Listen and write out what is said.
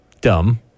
dumb